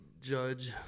judge